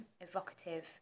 evocative